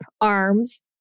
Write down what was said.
arms